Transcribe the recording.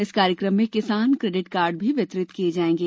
इस कार्यक्रम में किसान क्रेडिट कार्ड भी वितरित किए जायेंगे